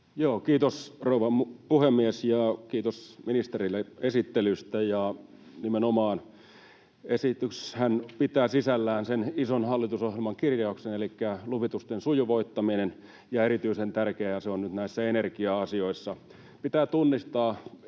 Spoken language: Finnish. Kiitos, rouva puhemies! Ja kiitos ministerille esittelystä. Nimenomaan, esityshän pitää sisällään sen ison hallitusohjelmakirjauksen, elikkä luvitusten sujuvoittaminen, ja erityisen tärkeää se on nyt näissä energia-asioissa. Pitää tunnistaa merkittävästi